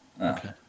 Okay